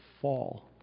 fall